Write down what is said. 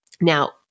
Now